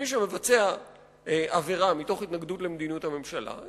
מי שמבצע עבירה מתוך התנגדות למדיניות הממשלה,